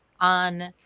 on